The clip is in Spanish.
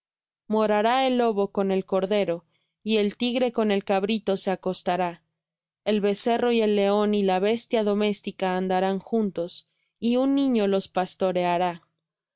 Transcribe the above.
morará el lobo con el cordero y el tigre con el cabrito se acostará el becerro y el león y la bestia doméstica andarán juntos y un niño los pastoreará la